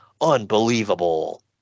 unbelievable